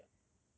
die already ah